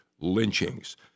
lynchings